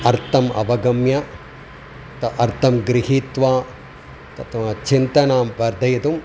अर्थम् अवगम्य त अर्थं गृहीत्वा तत्वचिन्तनं वर्धयितुम्